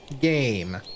game